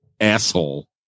asshole